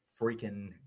freaking